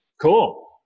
Cool